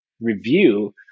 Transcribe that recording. review